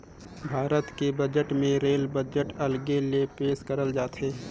भारत के बजट मे rail budget अलगे ले पेस करल जाथे